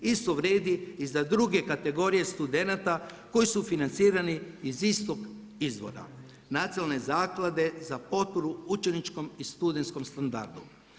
Isto vrijedi i za druge kategorije studenata koji su financirani iz istog izvora, Nacionalne zaklade za potporu učeničkom i studentskom standardu.